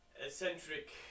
Eccentric